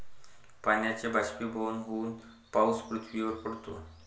पाण्याचे बाष्पीभवन होऊन पाऊस पृथ्वीवर पडतो